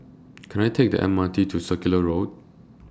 Can I Take The M R T to Circular Road